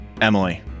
Emily